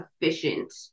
efficient